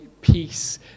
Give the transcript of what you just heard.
peace